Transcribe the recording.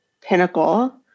pinnacle